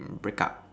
break up